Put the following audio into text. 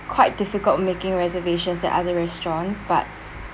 quite difficult making reservations at other restaurants but